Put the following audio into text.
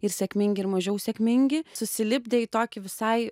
ir sėkmingi ir mažiau sėkmingi susilipdė į tokį visai